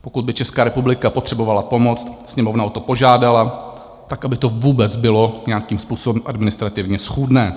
Pokud by Česká republika potřebovala pomoct, Sněmovna o to požádala, tak aby to vůbec bylo nějakým způsobem administrativně schůdné.